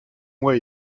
mois